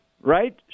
right